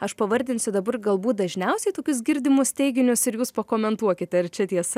aš pavardinsiu dabar galbūt dažniausiai tokius girdimus teiginius ir jūs pakomentuokite ar čia tiesa